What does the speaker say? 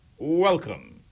Welcome